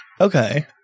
Okay